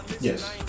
Yes